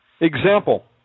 Example